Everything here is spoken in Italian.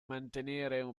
mantenere